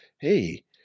hey